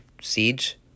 Siege